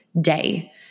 day